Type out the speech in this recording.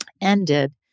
ended